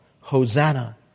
Hosanna